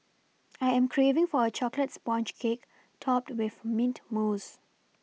I am craving for a chocolate sponge cake topped with mint mousse